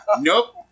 Nope